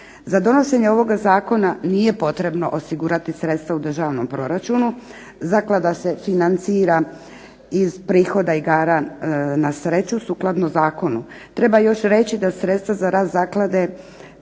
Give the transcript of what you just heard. Za donošenje ovoga zakona nije potrebno osigurati sredstva u državnom proračunu. Zaklada se financira iz prihoda igra na sreću sukladno zakonu. Treba još reći da sredstva za rad zaklade